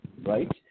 right